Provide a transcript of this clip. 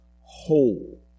whole